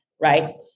right